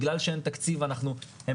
בגלל שאין תקציב אנחנו ---.